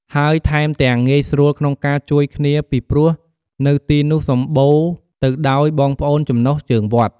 ហើយថែមទាំងងាយស្រួលក្នុងការជួយគ្នាពីព្រោះនៅទីនុះសម្បុរទៅដោយបងប្អូនចំណុះជើងវត្ត។